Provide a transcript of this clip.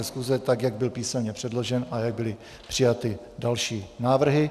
Schůze, tak jak byl písemně předložen a jak byly přijaty další návrhy.